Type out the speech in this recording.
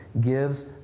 gives